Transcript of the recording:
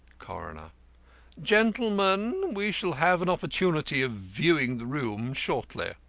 coroner gentlemen, we shall have an opportunity of viewing the room shortly.